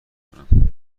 کنم